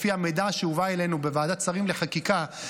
לפי המידע שהובא אלינו בוועדת שרים לחקיקה,